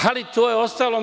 Ali, to je ostalo.